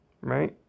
right